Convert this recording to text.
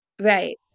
Right